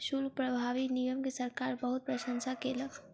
शुल्क प्रभावी नियम के सरकार बहुत प्रशंसा केलक